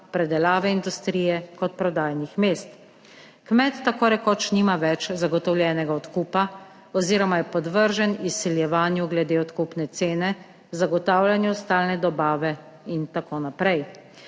predelave, industrije kot prodajnih mest. Kmet tako rekoč nima več zagotovljenega odkupa oziroma je podvržen izsiljevanju glede odkupne cene, zagotavljanju stalne dobave in tako naprej.